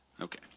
Okay